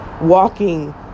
walking